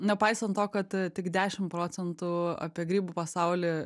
nepaisant to kad tik dešim procentų apie grybų pasaulį